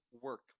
work